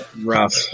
Rough